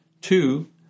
Two